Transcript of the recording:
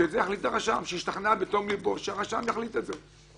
אז שאת זה יחליט הרשם שהשתכנע בתום לבו; שהרשם יחליט את זה.